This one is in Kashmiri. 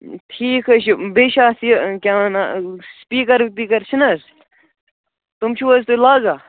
ٹھیٖک حظ چھُ بیٚیہِ چھِ اَتھ یہِ کیٛاہ وَنان سُپیٖکَر وُِپیٖکَر چھِنہٕ حظ تِم چھِو حظ تُہۍ لاگان